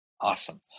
Awesome